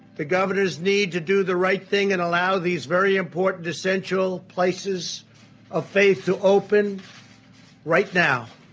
the governors need to do the right thing and allow these very important essential places of faith to open right now,